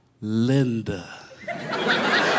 Linda